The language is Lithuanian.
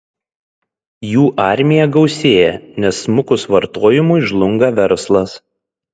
jų armija gausėja nes smukus vartojimui žlunga verslas